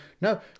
No